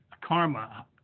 karma